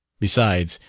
besides,